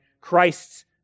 Christ's